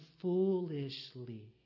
foolishly